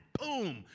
Boom